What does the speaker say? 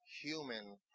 human